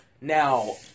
Now